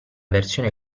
versione